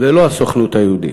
ולא הסוכנות היהודית.